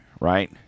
right